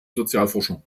sozialforschung